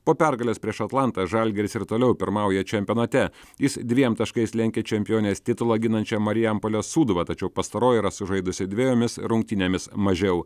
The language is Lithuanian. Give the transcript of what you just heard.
po pergalės prieš atlantą žalgiris ir toliau pirmauja čempionate jis dviem taškais lenkia čempionės titulą ginančią marijampolės sūduvą tačiau pastaroji yra sužaidusi dvejomis rungtynėmis mažiau